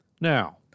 Now